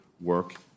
work